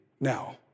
now